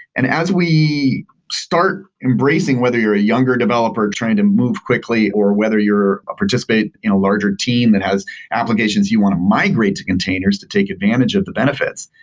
and as we start embracing whether you're a younger developers trying to move quickly or whether you ah participate in a larger team that has applications you want to migrate to containers to take advantage of the benefits,